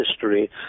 history